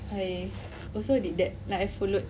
I also did that like I followed